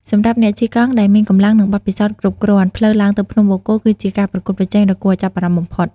សម្រាប់អ្នកជិះកង់ដែលមានកម្លាំង និងបទពិសោធន៍គ្រប់គ្រាន់ ផ្លូវឡើងទៅភ្នំបូកគោគឺជាការប្រកួតប្រជែងដ៏គួរឱ្យចាប់អារម្មណ៍បំផុត។